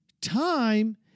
Time